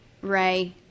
Ray